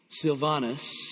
Silvanus